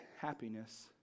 happiness